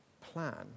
plan